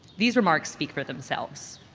these remarks speak for themselves.